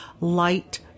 light